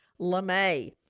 LeMay